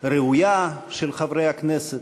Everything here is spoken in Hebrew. ראויה של חברי הכנסת,